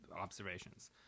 observations